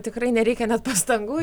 tikrai nereikia net pastangų